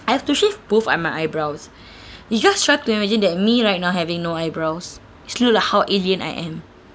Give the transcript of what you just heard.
I have to shave both of my eyebrows you just try to imagine that me right now having no eyebrows it's look like how alien I am